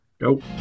go